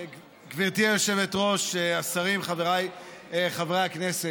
גברתי היושבת-ראש, השרים, חבריי חברי הכנסת,